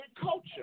culture